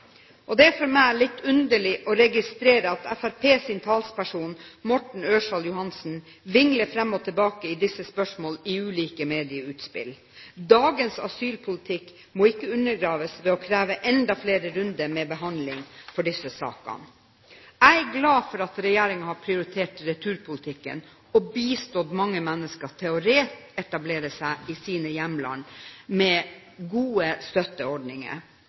Det er for meg litt underlig å registrere at Fremskrittspartiets talsperson, Morten Ørsal Johansen, vingler fram og tilbake i disse spørsmålene i ulike medieutspill. Dagens asylpolitikk må ikke undergraves ved å kreve enda flere runder med behandling av disse sakene. Jeg er glad for at regjeringen har prioritert returpolitikken og bistått mange mennesker til å reetablere seg i sine hjemland med gode støtteordninger.